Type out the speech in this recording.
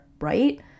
right